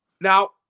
Now